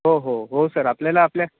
हो हो हो सर आपल्याला आपल्या